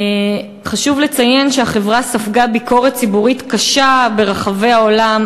חשוב לציין שהחברה ספגה ביקורת ציבורית קשה ברחבי העולם